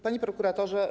Panie Prokuratorze!